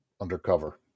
undercover